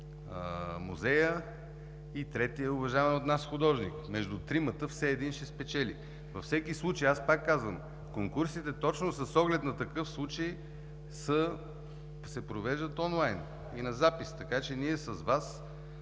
музея, и третият е уважаван от нас художник. Между тримата все един ще спечели. Във всеки случай, аз пак казвам, конкурсите точно с оглед на такъв случай се провеждат онлайн и на запис, така че ние с Вас